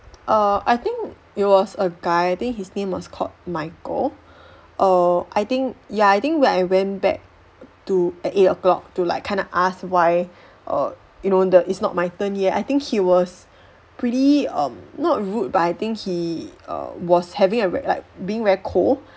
err I think it was a guy I think his name was called michael err I think ya I think when I went back to at eight o'clock to like kind of ask why err you know the it's not my turn yet I think he was pretty um not rude but I think he err was having a re~ like being very cold